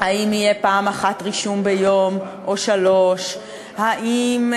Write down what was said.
האם יהיה רישום פעם אחת ביום או שלוש, האם,